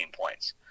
points